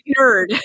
nerd